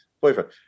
boyfriend